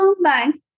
Bank